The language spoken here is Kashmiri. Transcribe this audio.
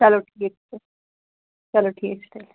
چلو ٹھیٖک چھُ چلو ٹھیٖک چھُ تیٚلہِ